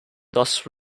thus